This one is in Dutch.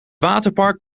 waterpark